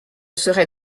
serait